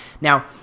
Now